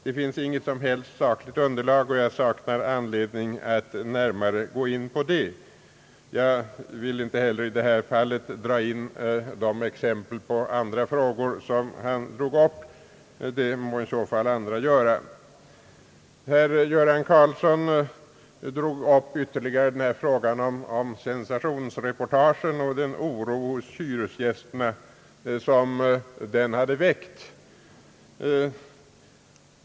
Det finns sålunda inte något som helst sakligt underlag för herr Göran Karlssons påstående, och jag saknar anledning att närmare gå in på det. Jag vill i detta fall inte heller gå in på frågan om folkpartiets ståndpunkt i de övriga sammanhang, som han tog upp. Det må i så fall andra göra. Herr Göran Karlsson talade om sensationsreportagen och den oro hos hyresgästerna som dessa har väckt.